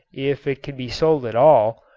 if it could be sold at all,